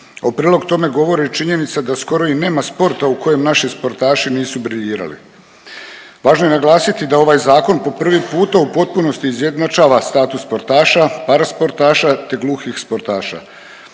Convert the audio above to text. u prilog tome govori i činjenica da skoro i nema sporta u kojem naši sportaši nisu briljirali. Važno je naglasiti da ovaj zakon po prvi puta u potpunosti izjednačava status sportaša, parasportaša te gluhih sportaša